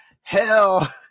hell